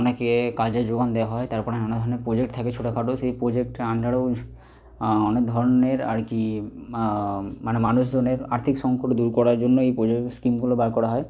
অনেককে কাজে জোগান দেওয়া হয় তারপরে অনেক ধরনের প্রজেক্ট থাকে ছোটখাটো সেই প্রজেক্টের আন্ডারেও অনেক ধরনের আরকি মানে মানুষজনের আর্থিক সঙ্কট দূর করার জন্য এই প্রজেক্ট স্কিমগুলো বার করা হয়